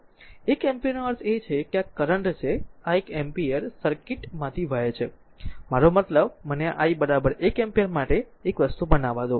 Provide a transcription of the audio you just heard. આ એક એમ્પીયરનો અર્થ છે કે આ કરંટ છે આ એક એમ્પીયર આ સર્કિટમાંથી વહે છે મારો મતલબ મને આ i 1 એમ્પીયર માટે એક વસ્તુ બનાવવા દો